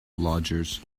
lodgers